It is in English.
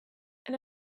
and